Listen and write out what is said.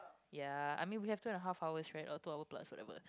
ya I mean we have two and a half hours right or two hours plus whatever